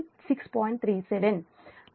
37